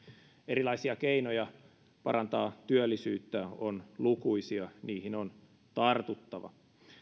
erilaisia keinoja parantaa työllisyyttä on lukuisia niihin on tartuttava